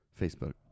Facebook